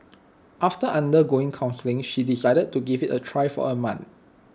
after undergoing counselling she decided to give IT A try for A month